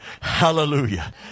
Hallelujah